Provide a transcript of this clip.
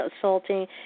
assaulting